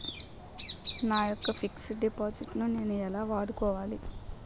నా యెక్క fixed deposit ను నేను ఎలా వాడుకోవాలి?